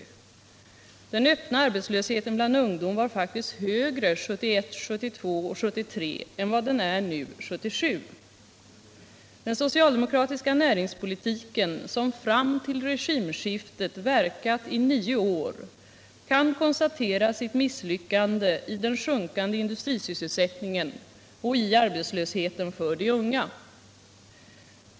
Den öppna arbetslösheten bland ungdomen var faktiskt högre 1971, 1972 och 1973 än den är nu 1977. Den socialdemokratiska näringspolitiken, som fram till regimskiftet hade verkat i nio år, kan konstatera sitt misslyckande i den sjunkande industrisysselsättningen och i arbetslösheten bland de unga.